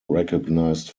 recognized